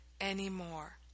anymore